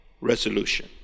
resolution